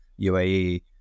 UAE